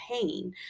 pain